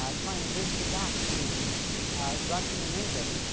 ah trying to bridge the gap between russian and english,